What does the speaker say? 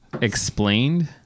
Explained